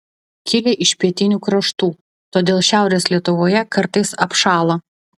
kilę iš pietinių kraštų todėl šiaurės lietuvoje kartais apšąla